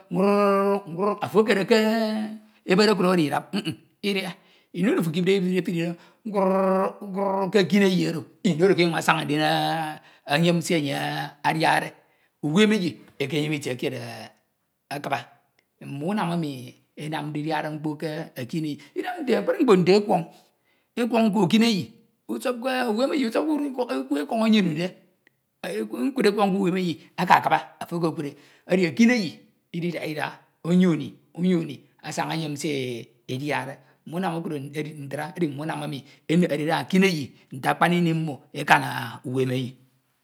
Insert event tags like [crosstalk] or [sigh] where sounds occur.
. ih ofo ekere ke [hesitation] ebed okro adii [hesitation] idap ih ih iduia ini oro ofo ekipde efiride nkroọọ nkrọọọ ke ekineyi orọ ini oro ke enyun̄ azan̄a ndín eyem se e [hesitation] adiade. Unemeyi ekeyem itie kied akaba mme unam emi edeade mkop ke ekineyi edi oro, idam akpri mkpo nte ekuon̄. Usopke ikod ekuọn̄ onyon̄ide. Ikud ejuọn̄ ke uwemeyi akakiba ofo ekekud e, edi ekineyi ididaha tids onyoni onyoni asan̄a eyem se ediade mme unam okro ntra edi mme unam encherede eda ekineyi nte akpan ini mmo akan uwemeyi.